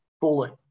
bullet